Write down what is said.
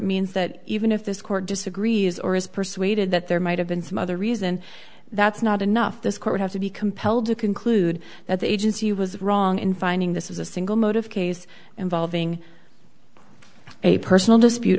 means that even if this court disagrees or is persuaded that there might have been some other reason that's not enough this court have to be compelled to conclude that the agency was wrong in finding this was a single motive case involving a personal dispute